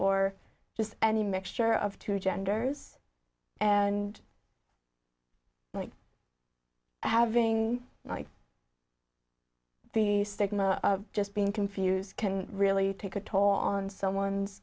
or just any mixture of two genders and having the stigma of just being confused can really take a toll on someone's